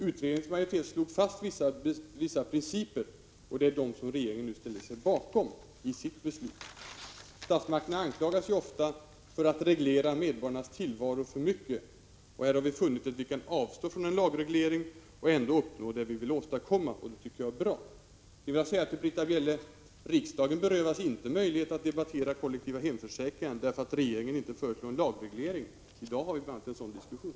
Utredningens majoritet slog fast vissa principer, och det är dem som regeringen nu har ställt sig bakom i sitt beslut. Statsmakterna anklagas ofta för att reglera medborgarnas tillvaro för mycket. Här har vi funnit att vi kan avstå från en lagreglering och ändå uppnå vad vi vill åstadkomma, och det tycker vi är bra. Sedan vill jag säga till Britta Bjelle: Riksdagen berövas inte möjlighet att debattera kollektiva hemförsäkringar därför att regeringen inte föreslår en lagreglering. Bl. a. i dag har vi en sådan diskussion.